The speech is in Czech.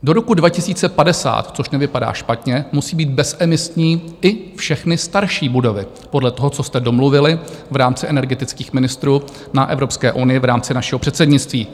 Do roku 2050, což nevypadá špatně, musí být bezemisní i všechny starší budovy podle toho, co jste domluvili v rámci energetických ministrů na Evropské unii v rámci našeho předsednictví.